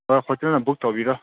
ꯍꯣꯏ ꯐꯖꯅ ꯕꯨꯛ ꯇꯧꯕꯤꯔꯣ